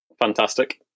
fantastic